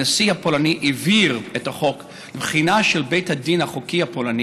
הנשיא הפולני העביר את החוק לבחינה של בית הדין החוקתי הפולני,